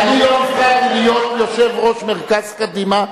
אני לא נבחרתי להיות יושב-ראש מרכז קדימה,